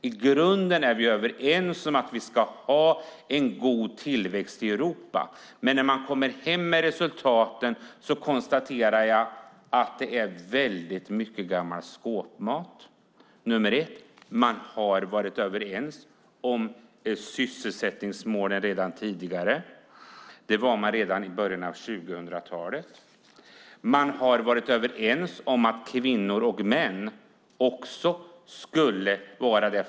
I grunden är vi överens om att vi ska ha en god tillväxt i Europa. Men när man kommer hem med resultaten konstaterar jag att det är väldigt mycket gammal skåpmat. Man har varit överens om sysselsättningsmålen redan tidigare. Det var man redan i början av 2000-talet.